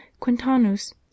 Quintanus